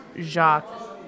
Jacques